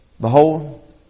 behold